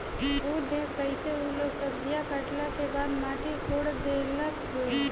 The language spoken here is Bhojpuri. उ देखऽ कइसे उ लोग सब्जीया काटला के बाद माटी कोड़ देहलस लो